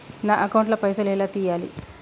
నా అకౌంట్ ల పైసల్ ఎలా తీయాలి?